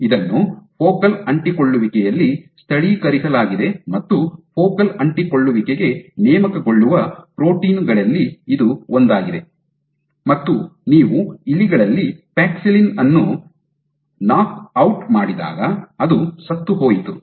ಇದನ್ನು ಫೋಕಲ್ ಅಂಟಿಕೊಳ್ಳುವಿಕೆಯಲ್ಲಿ ಸ್ಥಳೀಕರಿಸಲಾಗಿದೆ ಮತ್ತು ಫೋಕಲ್ ಅಂಟಿಕೊಳ್ಳುವಿಕೆಗೆ ನೇಮಕಗೊಳ್ಳುವ ಪ್ರೋಟೀನು ಗಳಲ್ಲಿ ಇದು ಒಂದಾಗಿದೆ ಮತ್ತು ನೀವು ಇಲಿಗಳಲ್ಲಿ ಪ್ಯಾಕ್ಸಿಲಿನ್ ಅನ್ನು ನಾಕ್ ಔಟ್ ಮಾಡಿದಾಗ ಅದು ಸತ್ತುಹೋಯಿತು